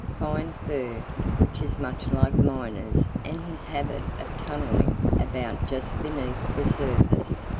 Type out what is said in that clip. fine fur which is much like miner's and his habit of tunneling about just beneath the surface,